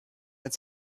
mit